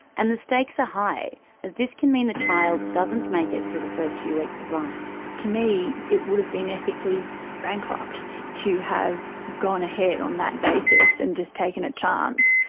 and the stakes are high, as this can mean the child doesn't make it through the first few weeks of life. to me it would have been ethically bankrupt to have gone ahead on that basis and just taken a chance.